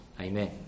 Amen